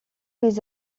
les